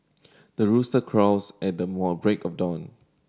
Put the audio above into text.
the rooster crows at the more break of dawn